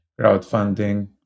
crowdfunding